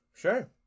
Sure